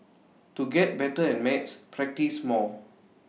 to get better at maths practise more